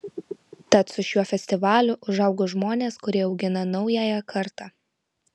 tad su šiuo festivaliu užaugo žmonės kurie augina naująją kartą